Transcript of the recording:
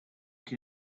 can